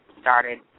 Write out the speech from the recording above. started